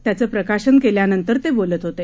त्याचं प्रकाशन केल्यानंतर ते बोलत होते